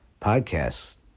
podcasts